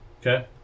Okay